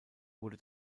wurde